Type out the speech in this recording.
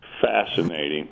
Fascinating